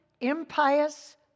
impious